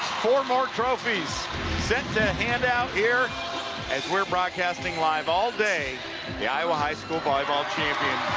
four more trophies set to hand out here as we're broadcasting live all day the iowa high school volleyball championships.